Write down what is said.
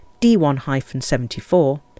D1-74